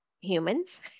humans